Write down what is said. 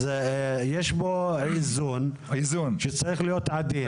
אז יש פה איזון שצריך להיות עדין.